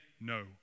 no